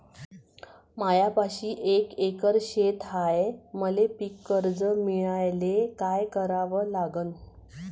मायापाशी एक एकर शेत हाये, मले पीककर्ज मिळायले काय करावं लागन?